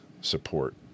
support